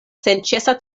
senĉesa